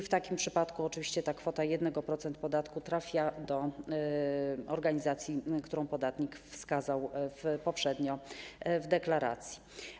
W takim przypadku ta kwota 1% podatku trafia do organizacji, którą podatnik wskazał poprzednio w deklaracji.